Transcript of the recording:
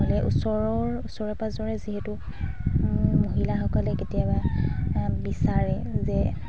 নহ'লে ওচৰৰ ওচৰে পাঁজৰে যিহেতু মহিলাসকলে কেতিয়াবা বিচাৰে যে